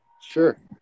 Sure